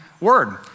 word